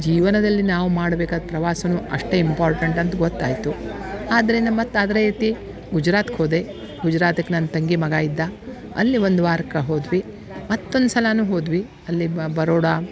ಜೀವನದಲ್ಲಿ ನಾವು ಮಾಡ್ಬೇಕಾದ ಪ್ರವಾಸನು ಅಷ್ಟೇ ಇಂಪಾರ್ಟೆಂಟ್ ಅಂತ ಗೊತ್ತಾಯಿತು ಆದರೇನ ಮತ್ತು ಅದೇ ರೀತಿ ಗುಜರಾತ್ಗೆ ಹೋದೆ ಗುಜರಾತ್ಕೆ ನನ್ನ ತಂಗಿ ಮಗ ಇದ್ದ ಅಲ್ಲಿ ಒಂದು ವಾರಕ್ಕೆ ಹೋದ್ವಿ ಮತ್ತೊಂದು ಸಲಾನು ಹೋದ್ವಿ ಅಲ್ಲಿ ಬರೋಡಾ